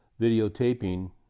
videotaping